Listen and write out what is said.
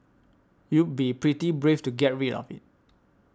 you'd be pretty brave to get rid of it